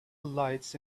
lights